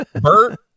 Bert